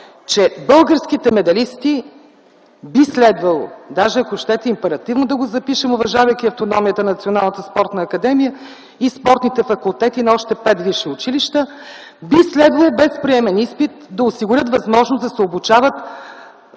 че българските медалисти, даже ако щете императивно да го запишем, уважавайки автономията на Националната спортна академия и спортните факултети на още пет висши училища, би следвало да осигурят възможност българските